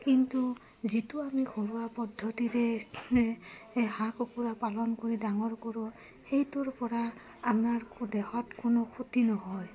কিন্তু যিটো আমি ঘৰুৱা পদ্ধতিৰে হাঁহ কুকুৰা পালন কৰি ডাঙৰ কৰোঁ সেইটোৰপৰা আমাৰ দেহত কোনো ক্ষতি নহয়